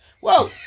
Whoa